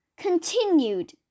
continued